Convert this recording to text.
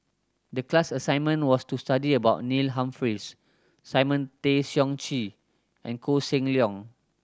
the class assignment was to study about Neil Humphreys Simon Tay Seong Chee and Koh Seng Leong